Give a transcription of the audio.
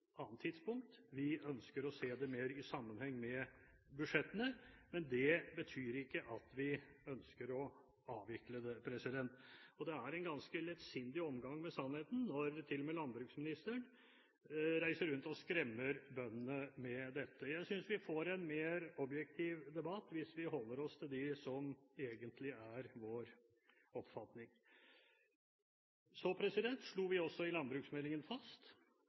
annet tidspunkt, vi ønsker å se det mer i sammenheng med budsjettene, men det betyr ikke at vi ønsker å avvikle det. Det er en ganske lettsindig omgang med sannheten når til og med landbruksministeren reiser rundt og skremmer bøndene med dette. Jeg synes vi får en mer objektiv debatt hvis man holder seg til det som egentlig er vår oppfatning. Vi slo i forbindelse med landbruksmeldingen fast